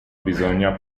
bisogna